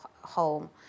home